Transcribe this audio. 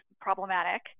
problematic